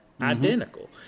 identical